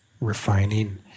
refining